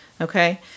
okay